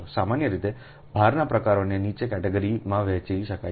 સામાન્ય રીતે ભારના પ્રકારોને નીચેની કેટેગરીમાં વહેંચી શકાય છે